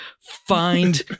Find